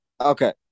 Okay